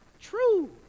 true